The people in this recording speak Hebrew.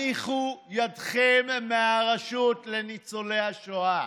הניחו ידכם מהרשות לניצולי השואה.